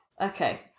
Okay